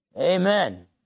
Amen